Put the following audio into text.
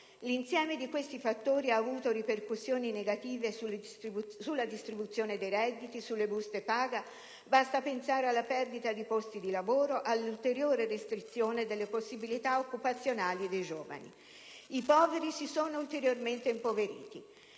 L'insieme di questi fattori ha avuto ripercussioni negative sulla distribuzione dei redditi, sulle buste paga; basti pensare alla perdita di posti di lavoro, all'ulteriore restrizione delle possibilità occupazionali dei giovani. I poveri si sono ulteriormente impoveriti.